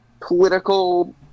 political